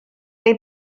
neu